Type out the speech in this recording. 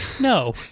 No